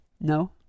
No